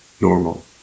normal